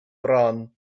bron